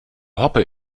hoppe